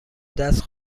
دست